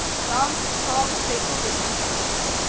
tom, call the state police, he said.